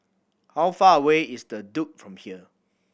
how far away is The Duke from here